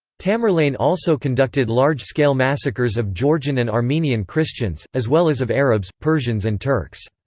tamerlane also conducted large-scale massacres of georgian and armenian christians, as well as of arabs, persians and turks.